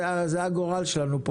זה הגורל שלנו פה.